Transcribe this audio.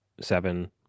Seven